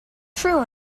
true